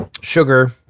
sugar